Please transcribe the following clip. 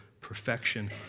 Perfection